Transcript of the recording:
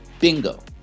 Bingo